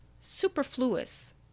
superfluous